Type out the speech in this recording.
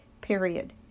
period